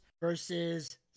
versus